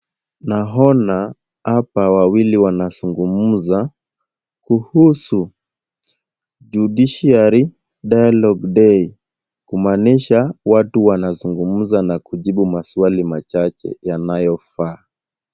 Naona hapa wawili wanazungumza kuhusu Judiciary Dialogue Day , kumaanisha watu wanazungumza na kujibu maswali machache yanayofaa.